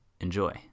Enjoy